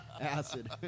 Acid